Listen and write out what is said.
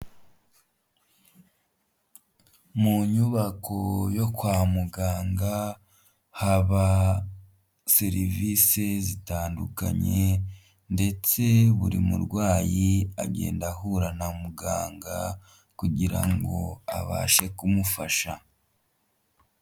Mu nyubako yo kwa muganga haba serivisi zitandukanye ndetse buri murwayi agenda ahura na muganga kugira ngo abashe kumufasha.